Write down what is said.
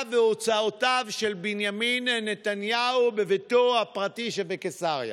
והוצאות של בנימין נתניהו בביתו הפרטי שבקיסריה.